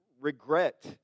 regret